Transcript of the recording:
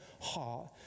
heart